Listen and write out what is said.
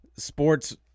Sports